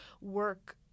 work-